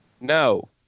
No